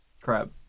Crab